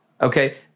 Okay